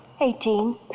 Eighteen